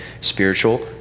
spiritual